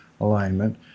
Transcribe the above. alignment